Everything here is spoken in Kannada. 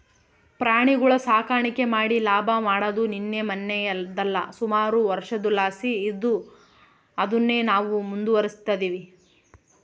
ಪ್ರಾಣಿಗುಳ ಸಾಕಾಣಿಕೆ ಮಾಡಿ ಲಾಭ ಮಾಡಾದು ನಿನ್ನೆ ಮನ್ನೆದಲ್ಲ, ಸುಮಾರು ವರ್ಷುದ್ಲಾಸಿ ಇದ್ದು ಅದುನ್ನೇ ನಾವು ಮುಂದುವರಿಸ್ತದಿವಿ